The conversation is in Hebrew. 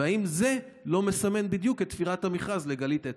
ואם זה לא מסמן בדיוק את תפירת המכרז לגלית אלטשטיין.